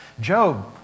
Job